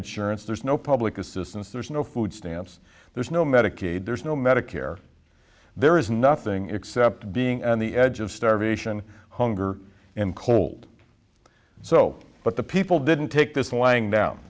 insurance there's no public assistance there's no food stamps there's no medicaid there's no medicare there is nothing except being on the edge of starvation hunger and cold so but the people didn't take this lying down